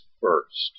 first